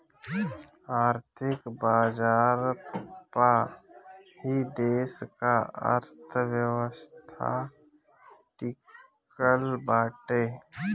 आर्थिक बाजार पअ ही देस का अर्थव्यवस्था टिकल बाटे